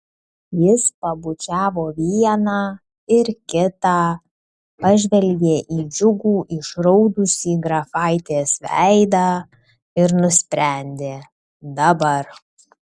jis pabučiavo vieną ir kitą pažvelgė į džiugų išraudusį grafaitės veidą ir nusprendė dabar